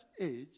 age